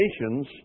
nations